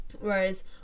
Whereas